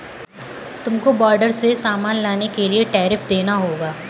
तुमको बॉर्डर से सामान लाने के लिए टैरिफ देना होगा